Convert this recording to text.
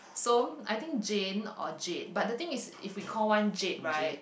so I think Jane or Jade but the thing is if we call one Jade right